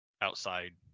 outside